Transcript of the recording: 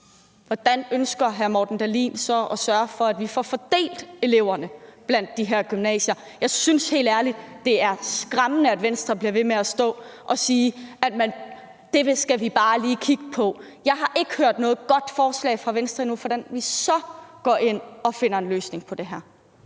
hvordan ønsker hr. Morten Dahlin så at sørge for, at vi får fordelt eleverne blandt de her gymnasier? Jeg synes helt ærligt, det er skræmmende, at Venstre bliver ved med at stå og sige, at det skal vi bare lige kigge på. Jeg har ikke hørt noget godt forslag fra Venstre endnu om, hvordan vi så går ind og finder en løsning på det her.